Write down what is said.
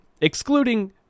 excluding